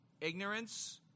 Ignorance